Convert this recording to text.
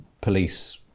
police